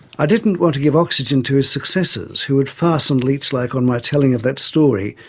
i didn't want to give oxygen to his successors, who would fasten, leech-like on my telling of that story,